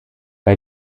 bei